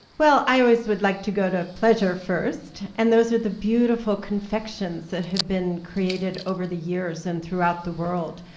i always would like to go to pleasure first. and those are the beautiful confections that have been created over the years and throughout the world,